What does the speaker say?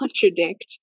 contradict